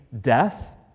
death